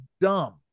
dumb